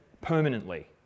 permanently